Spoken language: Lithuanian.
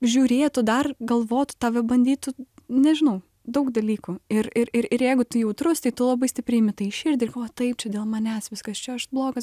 žiūrėtų dar galvotų tave bandytų nežinau daug dalykų ir ir ir ir jeigu tu jautrus tai tu labai stipriai imi tai į širdį o taip čia dėl manęs viskas čia aš blogas